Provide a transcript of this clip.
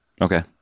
Okay